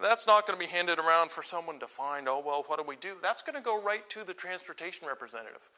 that's not going to be handed around for someone to find what do we do that's going to go right to the transportation representative